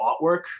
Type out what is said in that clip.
artwork